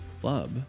Club